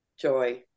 joy